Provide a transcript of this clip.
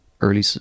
early